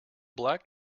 black